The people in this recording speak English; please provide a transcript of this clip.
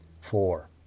Four